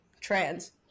trans